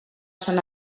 sant